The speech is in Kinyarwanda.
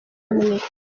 amwe